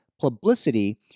publicity